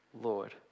Lord